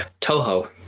Toho